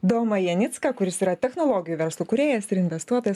domą janicką kuris yra technologijų verslo kūrėjas ir investuotojas